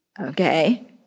Okay